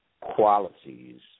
qualities